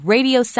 Radio